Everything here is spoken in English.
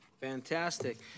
Fantastic